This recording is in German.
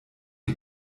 die